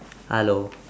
hello